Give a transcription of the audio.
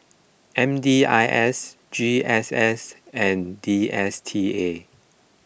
M D I S G S S and D S T A